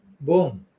boom